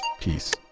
peace